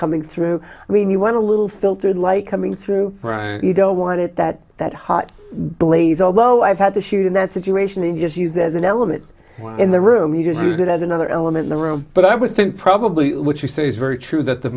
coming through i mean you want a little filtered like coming through you don't want it that that hot blaze although i've had to shoot in that situation and just use that as an element in the room you just use it as another element in the room but i would think probably what you say is very true that the